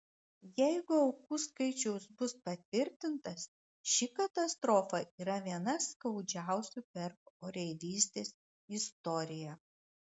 jeigu aukų skaičius bus patvirtintas ši katastrofa yra viena skaudžiausių per oreivystės istoriją